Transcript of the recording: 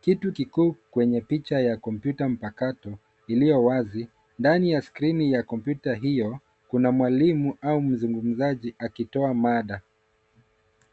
Kitu kikuu kwenye picha ya kompyuta mpakato iliyo wazi. Ndani ya skrini ya kompyuta hiyo, kuna mwalimu au mzungumzaji akitoa mada.